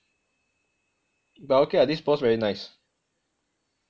but okay ah this boss very nice